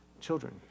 children